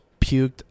puked